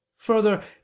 Further